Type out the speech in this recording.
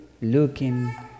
looking